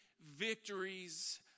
victories